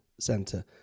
center